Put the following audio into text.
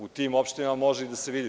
U tim opštinama to može da se vidi.